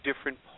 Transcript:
different